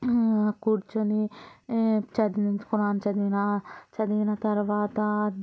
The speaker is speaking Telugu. కూర్చొని చదివించుకుని నేను చదివిన చదివిన తర్వాత